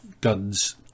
guns